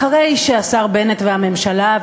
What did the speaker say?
אחרי שהשר בנט והממשלה,